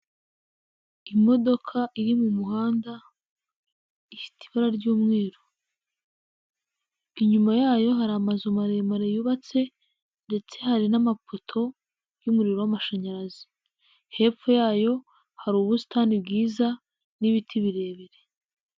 Imodoka iri mu muhanda, ifite ibara ry'umweru. Inyuma yayo hari amazu maremare yubatse, ndetse hari n'amapoto y'umuriro w'amashanyarazi. Hepfo yayo hari ubusitani bwiza n'ibiti birebire.